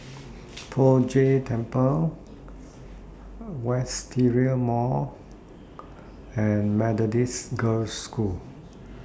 Poh Jay Temple Wisteria Mall and Methodist Girls' School